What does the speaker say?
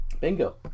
Bingo